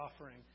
offering